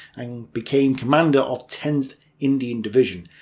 and became commander of tenth indian division,